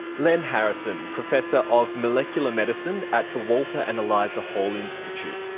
len harrison, professor of molecular medicine at the walter and eliza hall institute.